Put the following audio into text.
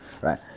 right